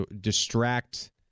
distract